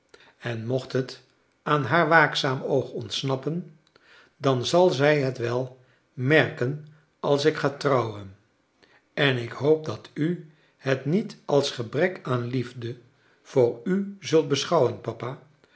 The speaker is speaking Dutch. en mocht het aan haar waakzaam oog ontsnappen dan zal zij het wel merken als ik ga trouwen en ik hoop dat u het niet als gebrek aan liefde voor u zult beschouwen papa